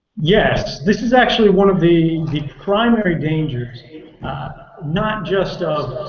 yes. this is actually one of the primary dangers not just